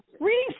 reading